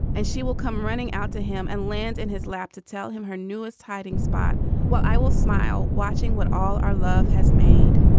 and she will come running out to him and lands in his lap to tell him her newest hiding spot well, i will smile watching what all our love has made